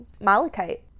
malachite